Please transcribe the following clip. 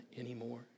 anymore